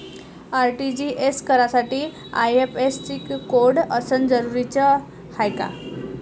RTGS करासाठी IFSC code असनं जरुरीच हाय का?